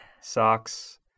socks